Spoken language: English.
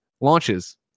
launches